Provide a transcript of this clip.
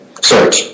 search